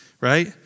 right